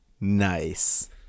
Nice